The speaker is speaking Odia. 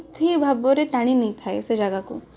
କେତେଦିନ ମଧ୍ୟରେ ଶ୍ରୀରାମଚନ୍ଦ୍ର